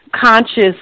conscious